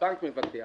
הבנק מבטח,